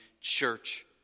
church